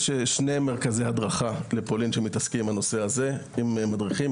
יש שני מרכזי הדרכה לפולין שמתעסקים בנושא הזה עם מדריכים.